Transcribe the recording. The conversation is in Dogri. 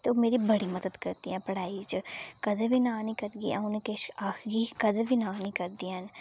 ते ओह् मेरी बड़ी मदद करदियां पढ़ाई च कदें बी ना नि करगी आ'ऊं उनें किश आखगी कदें बी ना नि करदियां न